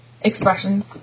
expressions